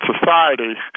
society